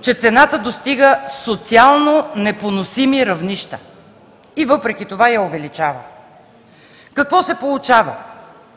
че цената достига социално непоносими равнища и въпреки това я увеличава. Какво се получава?